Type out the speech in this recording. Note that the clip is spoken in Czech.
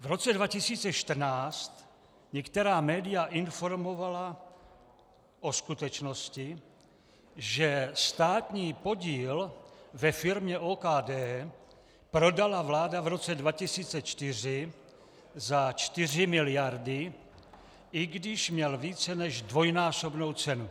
V roce 2014 některá média informovala o skutečnosti, že státní podíl ve firmě OKD prodala vláda v roce 2004 za 4 miliardy, i když měl více než dvojnásobnou cenu.